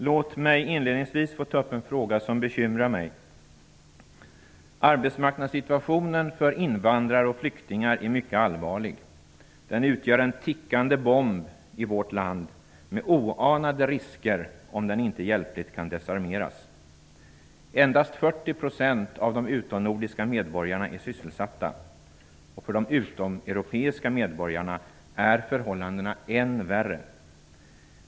Herr talman! Inledningsvis skall jag ta upp en fråga som bekymrar mig. Arbetsmarknadssituationen för invandrare och flyktingar är mycket allvarlig. Den utgör en tickande bomb i vårt land med oanade risker, om den inte hjälpligt kan desarmeras. Endast 40 % av de utomnordiska medborgarna är sysselsatta. För de utomeuropeiska medborgarna är förhållandena ännu värre.